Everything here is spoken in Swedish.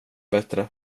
bättre